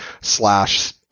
slash